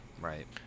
Right